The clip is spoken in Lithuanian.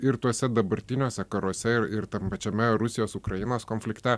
ir tuose dabartiniuose karuose ir ir tam pačiame rusijos ukrainos konflikte